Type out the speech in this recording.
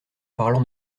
parlant